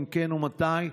4. אם כן, מתי?